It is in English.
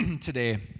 today